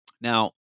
Now